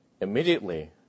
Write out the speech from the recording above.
Immediately